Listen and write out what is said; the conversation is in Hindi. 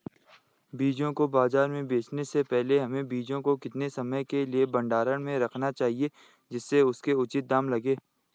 बीजों को बाज़ार में बेचने से पहले हमें बीजों को कितने समय के लिए भंडारण में रखना चाहिए जिससे उसके उचित दाम लगें?